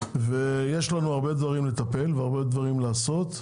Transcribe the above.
יש לנו הרבה דברים לטפל והרבה דברים לעשות,